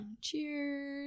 Cheers